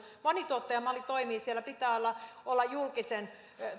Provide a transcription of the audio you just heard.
monituottajamalli toimii siellä pitää olla olla julkisen